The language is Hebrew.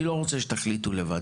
אני לא רוצה שתחליטו לבד.